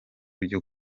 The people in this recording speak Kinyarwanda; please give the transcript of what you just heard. byo